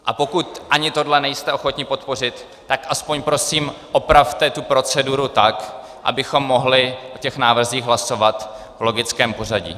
A pokud ani tohle nejste ochotni podpořit, tak aspoň prosím opravte tu proceduru tak, abychom mohli o těch návrzích hlasovat v logickém pořadí.